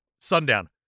Sundown